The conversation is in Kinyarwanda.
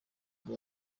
ngo